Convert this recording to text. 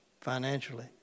financially